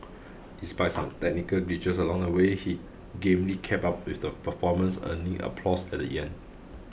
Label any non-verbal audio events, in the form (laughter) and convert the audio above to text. despite (noise) some technical glitches along the way he gamely kept up with the performance earning applause at end